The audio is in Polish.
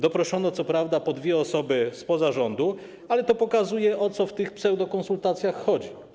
Doproszono co prawda po dwie osoby spoza rządu, ale to pokazuje, o co w tych pseudokonsultacjach chodzi.